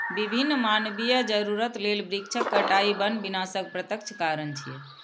विभिन्न मानवीय जरूरत लेल वृक्षक कटाइ वन विनाशक प्रत्यक्ष कारण छियै